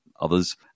others